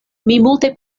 multe